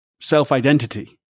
self-identity